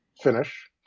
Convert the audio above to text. finish